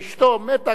כשהם נשואים,